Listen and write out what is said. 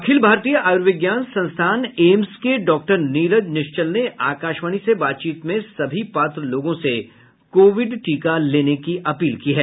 अखिल भारतीय आयुर्विज्ञान संस्थान एम्स के डॉक्टर नीरज निश्चल ने आकाशवाणी से बातचीत में सभी पात्र लोगों से कोविड टीका लेने की अपील की है